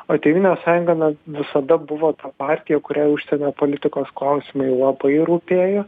o tėvynės sąjunga na visada buvo ta partija kuriai užsienio politikos klausimai labai rūpėjo